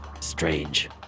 Strange